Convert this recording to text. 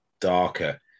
darker